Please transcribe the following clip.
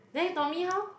then Tommy how